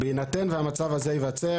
בהינתן והמצב הזה ייווצר,